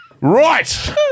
Right